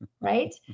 right